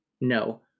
No